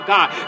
God